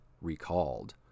recalled